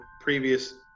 previous